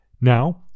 Now